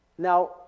Now